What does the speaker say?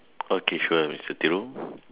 okay sure Mister Thiru